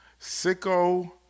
Sicko